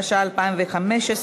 התשע"ה 2015,